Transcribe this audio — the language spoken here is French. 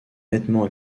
nettement